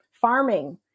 farming